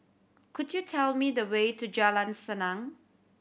could you tell me the way to Jalan Senang